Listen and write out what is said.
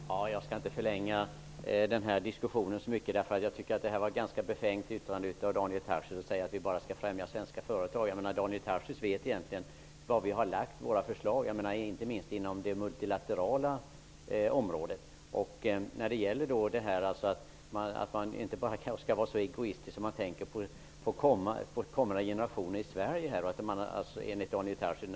Herr talman! Jag skall inte förlänga den här diskussionen särskilt mycket. Men det var ganska befängt av Daniel Tarschys att säga att vi bara vill främja svenska företag. Daniel Tarschys vet egentligen var vi så att säga har lagt våra förslag, inte minst på det multilaterala området. Sedan får man inte vara så egoistisk att man bara tänker på kommande generationer i Sverige, Daniel Tarschys!